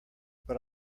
but